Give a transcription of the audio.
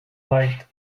light